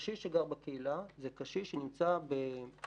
קשיש שגר בקהילה זה קשיש שנמצא בשתי